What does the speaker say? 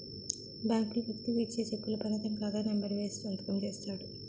బ్యాంకులు వ్యక్తికి ఇచ్చే చెక్కుల పైన తన ఖాతా నెంబర్ వేసి సంతకం చేస్తాడు